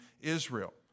Israel